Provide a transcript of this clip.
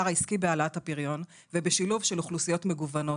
העסקי בהעלאת הפריון ובשילוב של אוכלוסיות מגוונות?